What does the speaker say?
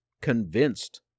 convinced